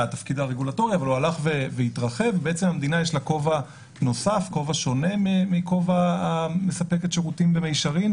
יש כובע נוסף שהוא שונה מהתפקיד לספק שירותים במישרין,